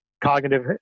cognitive